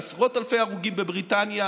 עשרות אלפי מתים בבריטניה,